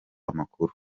amakuru